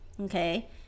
okay